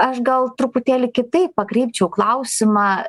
aš gal truputėlį kitaip pakreipčiau klausimą